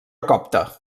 copta